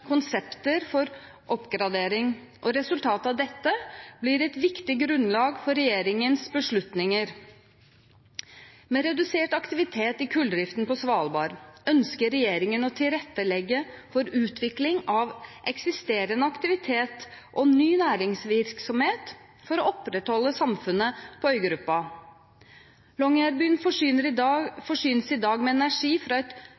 konsepter for oppgradering. Resultatet av dette blir et viktig grunnlag for regjeringens beslutninger. Med redusert aktivitet i kulldriften på Svalbard ønsker regjeringen å tilrettelegge for utvikling av eksisterende aktivitet og ny næringsvirksomhet for å opprettholde samfunnet på øygruppa. Longyearbyen forsynes i dag med energi fra et